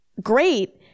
great